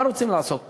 מה רוצים לעשות פה?